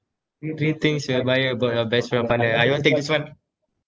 three things you admire about your best friend or partner ah you want to take this [one]